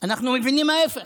אנחנו מבינים ההפך.